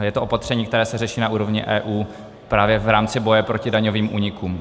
Je to opatření, které se řeší na úrovni EU právě v rámci boje proti daňovým únikům.